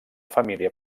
família